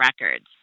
records